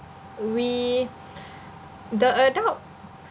we the adults